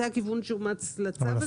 זה הכיוון שאומץ לצו הזה.